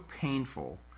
painful